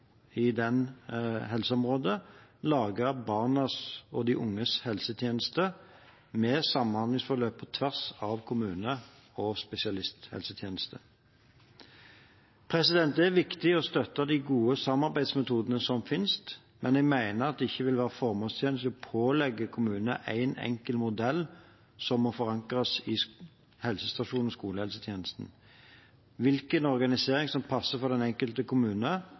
i det helseområdet laget Barn og unges helsetjeneste, med samhandlingsforløp på tvers av kommune og spesialisthelsetjeneste. Det er viktig å støtte de gode samarbeidsmetodene som finnes, men jeg mener det ikke vil være formålstjenlig å pålegge kommunene én enkelt modell som må forankres i helsestasjons- og skolehelsetjenesten. Hvilken organisering som passer for den enkelte kommune,